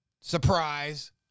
Surprise